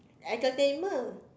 entertainment